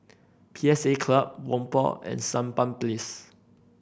P S A Club Whampoa and Sampan Place